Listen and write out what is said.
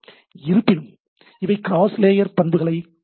இருப்பினும் இவை "cross layer" பண்புகளை கொண்டுள்ளது